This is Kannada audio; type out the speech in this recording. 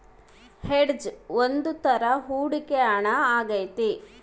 ಹೆಡ್ಜ್ ಒಂದ್ ತರ ಹೂಡಿಕೆ ಹಣ ಆಗೈತಿ